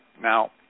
Now